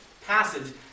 passage